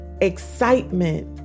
excitement